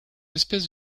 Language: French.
espèces